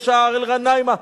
יש שער אל-ע'ואנימה,